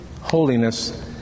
holiness